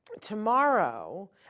tomorrow